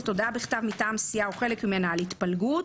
הודעה בכתב מטעם סיעה או חלק ממנה על התפלגות